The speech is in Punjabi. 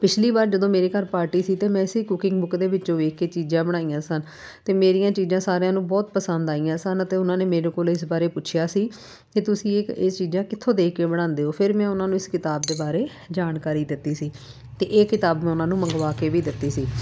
ਪਿਛਲੀ ਵਾਰ ਜਦੋਂ ਮੇਰੇ ਘਰ ਪਾਰਟੀ ਸੀ ਤਾਂ ਮੈਂ ਇਸ ਹੀ ਕੁਕਿੰਗ ਬੁੱਕ ਦੇ ਵਿੱਚੋਂ ਵੇਖ ਕੇ ਚੀਜ਼ਾਂ ਬਣਾਈਆਂ ਸਨ ਅਤੇ ਮੇਰੀਆਂ ਚੀਜ਼ਾਂ ਸਾਰਿਆਂ ਨੂੰ ਬਹੁਤ ਪਸੰਦ ਆਈਆਂ ਸਨ ਅਤੇ ਉਹਨਾਂ ਨੇ ਮੇਰੇ ਕੋਲ ਇਸ ਬਾਰੇ ਪੁੱਛਿਆ ਸੀ ਕਿ ਤੁਸੀਂ ਇੱਕ ਇਹ ਚੀਜ਼ਾਂ ਕਿੱਥੋਂ ਦੇਖ ਕੇ ਬਣਾਉਂਦੇ ਹੋ ਫਿਰ ਮੈਂ ਉਹਨਾਂ ਨੂੰ ਇਸ ਕਿਤਾਬ ਦੇ ਬਾਰੇ ਜਾਣਕਾਰੀ ਦਿੱਤੀ ਸੀ ਅਤੇ ਇਹ ਕਿਤਾਬ ਮੈਂ ਉਹਨਾਂ ਨੂੰ ਮੰਗਵਾ ਕੇ ਵੀ ਦਿੱਤੀ ਸੀ